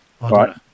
Right